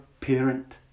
parent